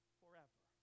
forever